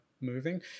moving